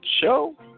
show